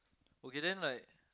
okay then like